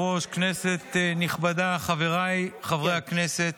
חברי הכנסת,